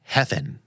Heaven